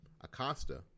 Acosta